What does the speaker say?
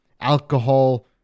alcohol